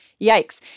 Yikes